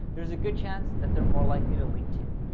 there's a good chance that they're more likely to link to you.